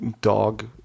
dog